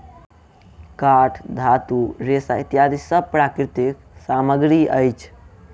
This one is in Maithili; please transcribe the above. काठ, धातु, रेशा इत्यादि सब प्राकृतिक सामग्री अछि